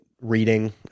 Reading